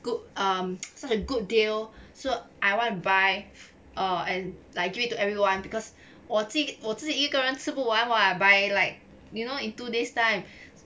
good um such a good deal so I want to buy err and give it to everyone because 我自己一个人吃不完 [what] but like you know in two days time